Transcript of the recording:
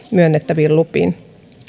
myönnettäviin lupiin